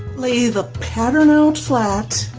lay the pattern out flat,